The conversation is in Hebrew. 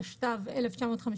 תשט"ו 1955"